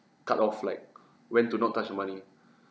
cut-off like when to not touch the money